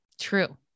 True